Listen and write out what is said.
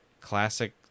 classic